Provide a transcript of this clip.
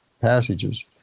passages